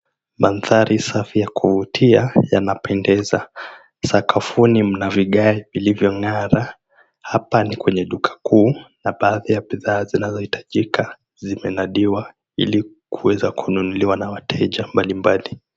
Mandhari safi ya kuvutia yanapendeza. Sakafuni mna vigae vilivyong'ara. Hapa ni kwenye duka kuu na baadhi ya bidhaa zinazohitajika zimenadiwa ili kuweza kununuliwa na wateja mbali mbali.